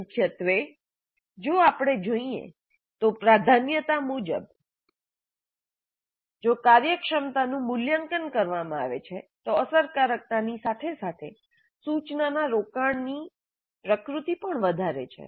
મુખ્યત્વે જો આપણે જોઈએ તો પ્રાધાન્યતા મુજબ જો કાર્યક્ષમતાનું મૂલ્યાંકન કરવામાં આવે છે તો અસરકારકતાની સાથે સાથે સૂચનાનાં રોકાણની પ્રકૃતિ પણ વધારે છે